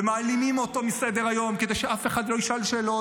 ומעלימים אותו מסדר-היום כדי שאף אחד לא ישאל שאלות,